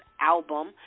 album